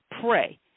pray